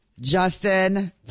Justin